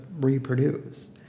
reproduce